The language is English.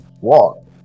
walk